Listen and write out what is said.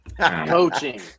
Coaching